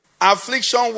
Affliction